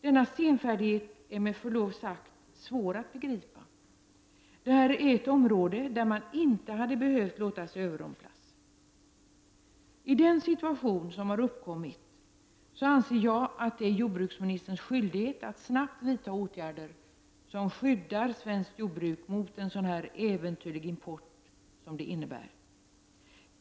Denna senfärdighet är med förlov sagt svår att begripa. Det här är ett område där man inte hade behövt låta sig överrumplas. I den situation som har uppkommit anser jag att det är jordbruksministerns skyldighet att snabbt vidta åtgärder som skyddar svenskt jordbruk mot en sådan äventyrlig import som det här är fråga om.